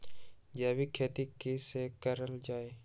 जैविक खेती कई से करल जाले?